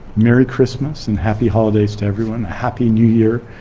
merry christmas and happy holidays to everyone. a happy new year.